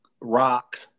Rock